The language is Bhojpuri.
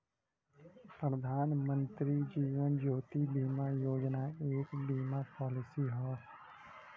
प्रधानमंत्री जीवन ज्योति बीमा योजना एक बीमा पॉलिसी हौ